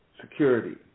security